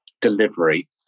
delivery